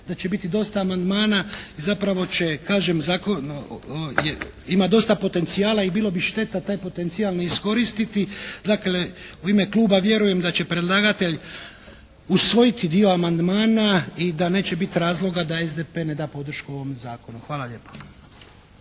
da će biti dosta amandmana i zapravo će kažem zakon ima dosta potencijala i bilo bi šteta taj potencijal ne iskoristiti. Dakle u ime kluba vjerujem da će predlagatelj usvojiti dio amandmana i da neće biti razloga da SDP ne da podršku ovom zakonu. Hvala lijepo.